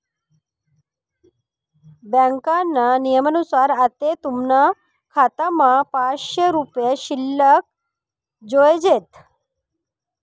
ब्यांकना नियमनुसार आते तुमना खातामा पाचशे रुपया शिल्लक जोयजेत